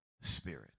spirit